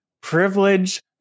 privilege